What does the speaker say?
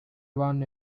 one